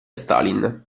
stalin